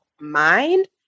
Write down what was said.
mind